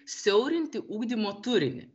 siaurinti ugdymo turinį